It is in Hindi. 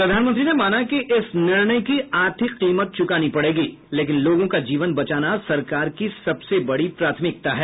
प्रधानमंत्री ने माना कि इस निर्णय की आर्थिक कीमत चुकानी पड़ेगी लेकिन लोगों का जीवन बचाना सरकार की सबसे बड़ी प्राथमिकता है